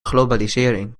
globalisering